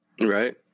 right